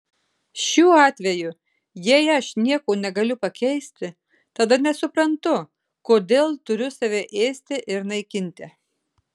šiuo atveju jei aš nieko negaliu pakeisti tada nesuprantu kodėl turiu save ėsti ir naikinti